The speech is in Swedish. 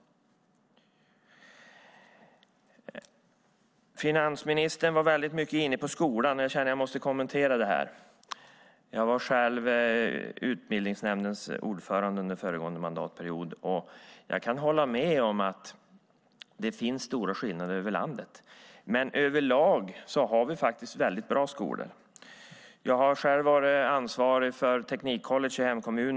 Finansministern gick mycket in på skolan. Jag måste kommentera det. Jag var själv utbildningsnämndens ordförande under förra mandatperioden, och jag kan hålla med om att det finns stora skillnader över landet. Överlag har vi dock bra skolor. Jag har själv varit ansvarig för teknikcollege i min hemkommun.